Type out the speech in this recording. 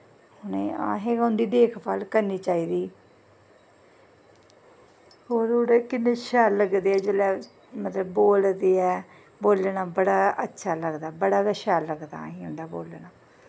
असैं गै उं'दी दिक्ख भाल करनी चाहिदी सवेरै किन्नें शैल लगदे ऐं जिसलै बोलदे ऐं बोलना बड़ा अच्छा लगदा बड़ा गै शैल लगदा उं'दा बोलना